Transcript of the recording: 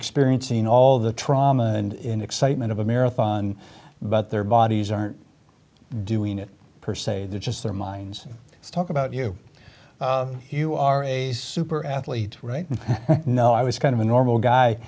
experiencing all the trauma and excitement of a marathon but their bodies aren't doing it per se they're just their minds talk about you you are a super athlete right and no i was kind of a normal guy